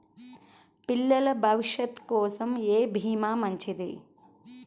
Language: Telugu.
పిల్లల భవిష్యత్ కోసం ఏ భీమా మంచిది?